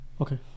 Okay